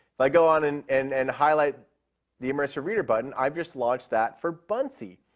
if i go on and and and highlight the immersive reader button, i've just launched that for buncee.